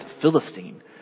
Philistine